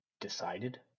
decided